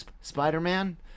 spider-man